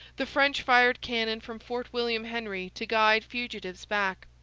the french fired cannon from fort william henry to guide fugitives back.